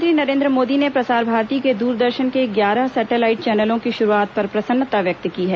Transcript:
प्रधानमंत्री नरेन्द्र मोदी ने प्रसार भारती के द्रदर्शन के ग्यारह सैटेलाइट चैनलों की शुरूआत पर प्रसन्नता व्यक्त की है